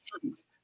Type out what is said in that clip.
truth